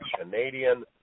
Canadian